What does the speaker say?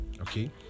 Okay